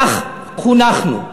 כך חונכנו.